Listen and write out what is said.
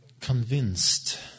convinced